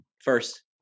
first